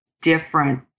different